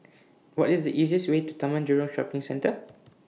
What IS The easiest Way to Taman Jurong Shopping Centre